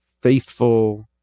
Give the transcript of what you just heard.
faithful